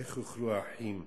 איך יוכלו האחים,